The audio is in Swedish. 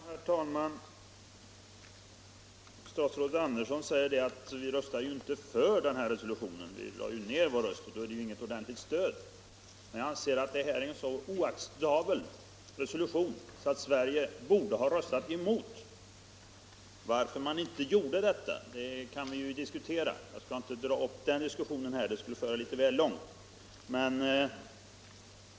Herr talman! Utrikesminister Andersson säger: Vi röstade ju inte för resolutionen. Vi lade ner vår röst, och det är inget ordentligt stöd. Jag anser att det här var en så oacceptabel resolution att Sverige borde ha röstat emot den. Varför man inte gjorde detta kan vi ju diskutera, men jag skall inte dra upp den diskussionen här, för det skulle föra litet väl långt.